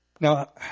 Now